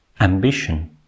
ambition